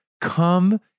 come